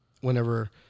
whenever